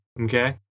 Okay